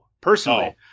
Personally